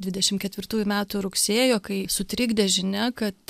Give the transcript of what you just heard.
dvidešim ketvirtųjų metų rugsėjo kai sutrikdė žinia kad